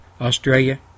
Australia